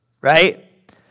Right